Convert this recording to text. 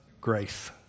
grace